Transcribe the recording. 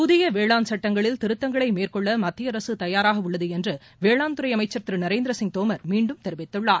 புதிய வேளாண் சட்டங்களில் திருத்தங்களை மேற்கொள்ள மத்திய அரசு தயாராக உள்ளது என்று வேளாண்துறை அமைச்சர் திரு நரேந்திர சிங் தோமர் மீண்டும் தெரிவித்துள்ளார்